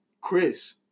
Chris